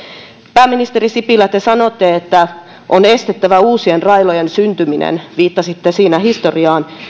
pääministeri sipilä te sanotte että on estettävä uusien railojen syntyminen viittasitte siinä historiaan